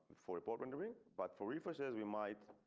for appointment to bring but for refresh is we might.